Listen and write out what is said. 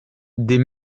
des